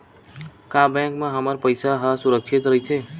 का बैंक म हमर पईसा ह सुरक्षित राइथे?